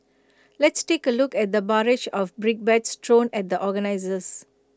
let's take A look at the barrage of brickbats thrown at the organisers